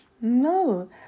No